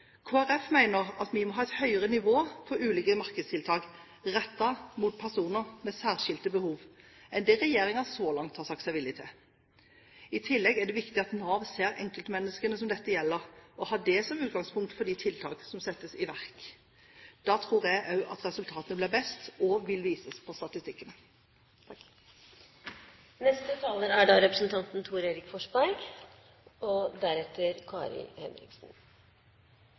at vi må ha et høyere nivå på ulike markedstiltak rettet mot personer med særskilte behov enn det regjeringen så langt har sagt seg villig til. I tillegg er det viktig at Nav ser enkeltmenneskene som dette gjelder, og har det som utgangpunkt for de tiltak som settes i verk. Da tror jeg også at resultatene blir best og vil vises på statistikken. Heller enn å bruke enda mer penger og ressurser på resultatmåling og